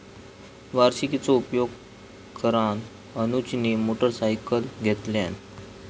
वार्षिकीचो उपयोग करान अनुजने मोटरसायकल घेतल्यान